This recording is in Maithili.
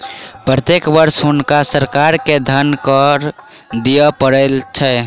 प्रत्येक वर्ष हुनका सरकार के धन कर दिअ पड़ैत छल